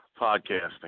podcasting